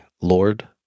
Lord